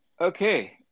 Okay